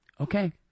okay